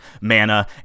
mana